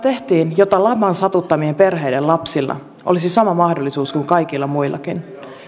tehtiin jotta laman satuttamien perheiden lapsilla olisi sama mahdollisuus kuin kaikilla muillakin